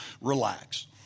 relax